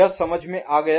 यह समझ में आ गया